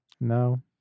No